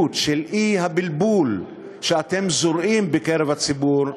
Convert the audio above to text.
שבאי-בלבול שאתם זורעים בקרב הציבור,